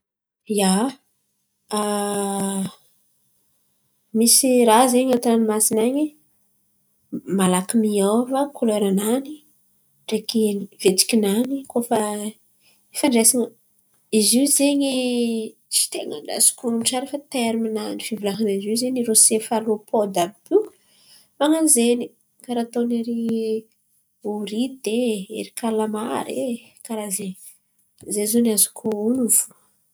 Ia, misy raha zen̈y an̈aty ranomasin̈y an̈y malaky miova couleur-nany ndraiky fihetsiki-nany koa fa ifandraisan̈a. Izo zen̈y tsy tain̈a azoko onon̈o tsara terima-nany fivolan̈ana Izo zen̈y irô sefalopôdy àby io man̈ano zen̈y karà ataony horita e, ery kalamara e ze zen̈y azoko onon̈o fo.